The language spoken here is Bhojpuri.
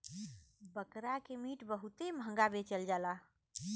बकरा के मीट बहुते महंगा बेचल जाला